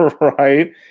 right